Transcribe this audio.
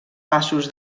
passos